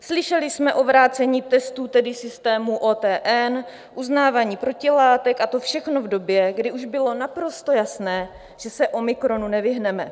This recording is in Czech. Slyšeli jsme o vrácení testů, tedy systému OTN, uznávání protilátek, a to všechno v době, kdy už bylo naprosto jasné, že se omikronu nevyhneme.